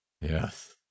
yes